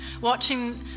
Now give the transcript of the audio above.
Watching